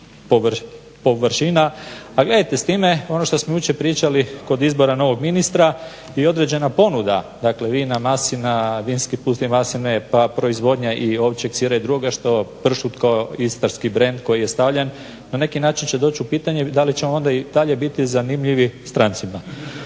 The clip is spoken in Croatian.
A gledajte s time ono što smo jučer pričali kod izbora novog ministra i određena ponuda dakle vina, maslina, …/Govornik se ne razumije./… pa proizvodnja i ovčjeg sira i drugoga što pršut kao istarski brend koji je stavljen na neki način će doć u pitanje da li ćemo onda i dalje biti zanimljivi strancima.